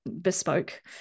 bespoke